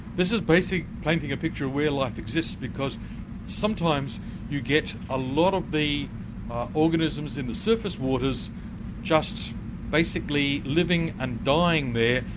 this is basically painting a picture of where life exists because sometimes you get a lot of the organisms in the surface waters just basically living and dying there,